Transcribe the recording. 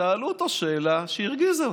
שאלו אותו שאלה שהרגיזה אותו.